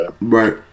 Right